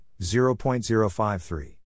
0.053